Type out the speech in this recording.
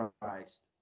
Christ